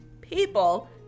People